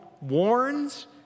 warns